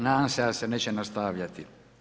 Nadam se da se neće nastavljati.